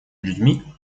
людьми